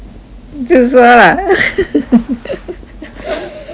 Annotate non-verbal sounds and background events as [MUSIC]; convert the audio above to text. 就是说 lah [LAUGHS]